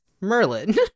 Merlin